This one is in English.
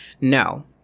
No